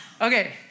Okay